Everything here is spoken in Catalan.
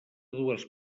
dues